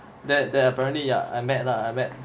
that there apparently yeah I met lah I met